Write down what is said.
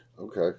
Okay